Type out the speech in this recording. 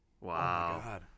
Wow